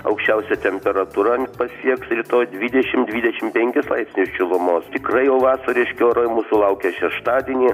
aukščiausia temperatūra pasieks rytoj dvidešim dvidešim penkis laipsnius šilumos tikrai jau vasariški orai mūsų laukia šeštadienį